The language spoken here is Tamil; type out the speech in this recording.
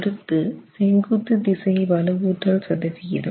அடுத்து செங்குத்து திசை வலுவூட்டல் சதவிகிதம்